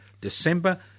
December